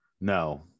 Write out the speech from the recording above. No